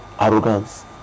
arrogance